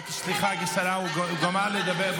סליחה, הוא גמר לדבר.